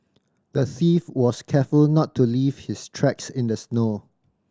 the thief was careful not to leave his tracks in the snow